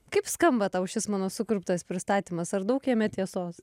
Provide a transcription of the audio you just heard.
kaip skamba tau šis mano sukurptas pristatymas ar daug jame tiesos